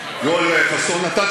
לא, שלך, יואל.